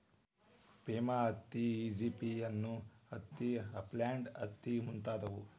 Pima ಹತ್ತಿ, Egyptian ಹತ್ತಿ, upland ಹತ್ತಿ ಮುಂತಾದವು